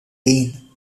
lane